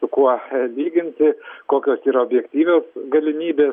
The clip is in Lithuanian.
su kuo lyginti kokios yra objektyvios galimybės